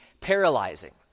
paralyzing